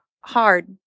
hard